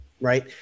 Right